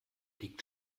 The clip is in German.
liegt